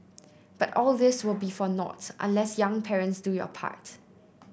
but all this will be for nought unless young parents do your part